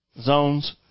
zones